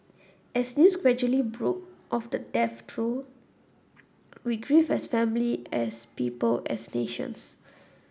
as news gradually broke of the death troll we grieved as family as people as nations